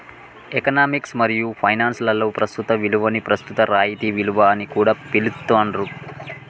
economics మరియు finance లలో ప్రస్తుత విలువని ప్రస్తుత రాయితీ విలువ అని కూడా పిలుత్తాండ్రు